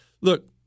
look